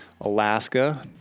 Alaska